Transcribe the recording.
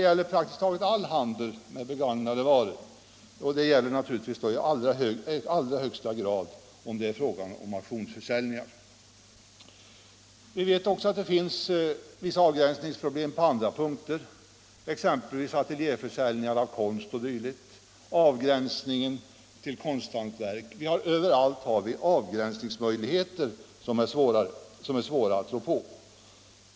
Det finns avvägningsproblem också i andra sammanhang, exempelvis ateljéförsäljningar av konst o. d., avgränsningen konst — konsthantverk, osv. Överallt har vi att göra avgränsningar som ibland är mycket svåra.